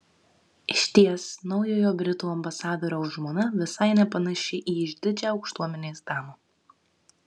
išties naujojo britų ambasadoriaus žmona visai nepanaši į išdidžią aukštuomenės damą